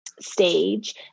stage